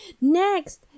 Next